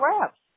wraps